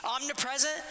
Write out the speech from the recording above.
omnipresent